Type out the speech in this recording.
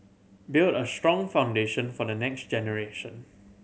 build a strong foundation for the next generation